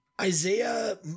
Isaiah